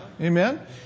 Amen